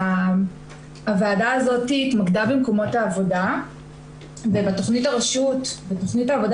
הוועדה הזאת התמקדה במקומות העבודה ובתכנית העבודה